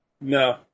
No